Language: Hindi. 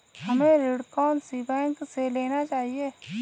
हमें ऋण कौन सी बैंक से लेना चाहिए?